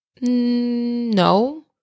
no